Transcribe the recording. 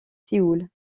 séoul